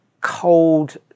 cold